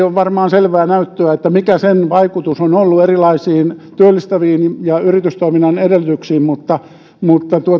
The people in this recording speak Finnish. ole varmaan selvää näyttöä mikä sen vaikutus on ollut erilaisiin työllistäviin ja yritystoiminnan edellytyksiin mutta mutta